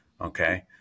okay